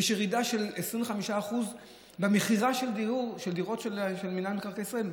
יש ירידה של 25% במכירה של דירות של מינהל מקרקעי ישראל.